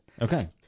Okay